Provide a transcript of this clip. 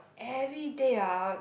everyday ah